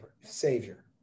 savior